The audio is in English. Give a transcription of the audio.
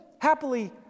happily